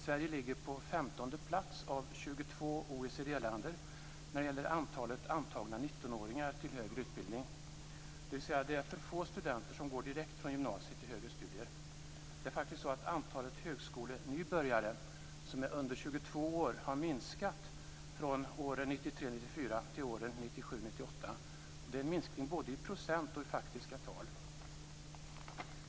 Sverige ligger på 15:e plats av 22 OECD-länder när det gäller antalet antagna 19-åringar till högre utbildning, dvs. att det är få studenter som går direkt från gymnasiet till högre studier. Antalet högskolenybörjare som är under 22 år har minskat från 1993 98, en minskning både i procent och i faktiska tal.